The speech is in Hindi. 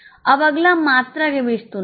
अब अगला मात्रा के बीच तुलना है